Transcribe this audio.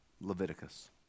Leviticus